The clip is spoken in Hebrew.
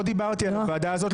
לא דיברתי על הוועדה הזאת.